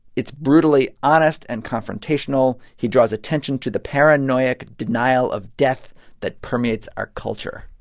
it's brutally honest and confrontational. he draws attention to the paranoiac denial of death that permeates our culture.